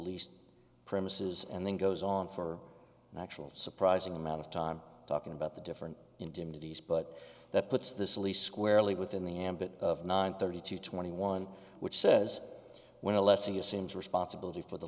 least premises and then goes on for an actual surprising amount of time talking about the different indemnities but that puts this lease squarely within the ambit of nine thirty two twenty one which says when l s e it seems responsibility for the